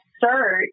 search